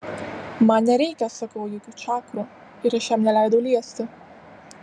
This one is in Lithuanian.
man nereikia sakau jokių čakrų ir aš jam neleidau liesti